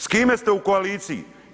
S kime se u koaliciji?